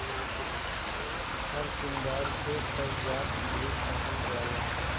हरसिंगार के पारिजात भी कहल जाला